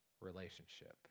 relationship